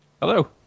Hello